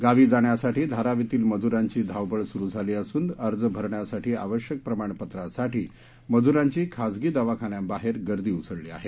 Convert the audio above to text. गावी जाण्यासाठी धारावीतील मजुरांची धावपळ सुरू झाली असून अर्ज भरण्यासाठी आवश्यक प्रमाणपत्रासाठी मजूरांची खाजगी दवाखान्यांबाहेर गर्दी उसळली आहे